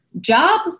job